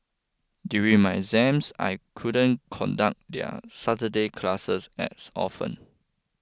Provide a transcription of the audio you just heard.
during my exams I couldn't conduct their Saturday classes as often